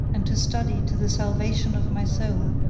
and to study to the salvation of my soul,